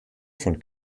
von